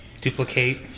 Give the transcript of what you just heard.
Duplicate